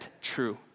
true